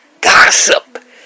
Gossip